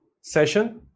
session